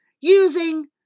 using